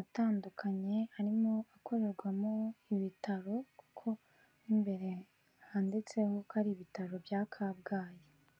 atandukanye arimo gukorerwamo ibitaro, kuko mu imbere handitseho ko ari ibitaro bya Kabgayi.